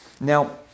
Now